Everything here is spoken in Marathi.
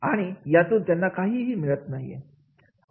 आणि यातून त्यांना काही मिळतही नाही